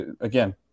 again